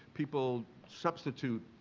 people substitute,